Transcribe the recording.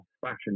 fashion